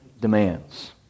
demands